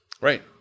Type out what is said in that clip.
Right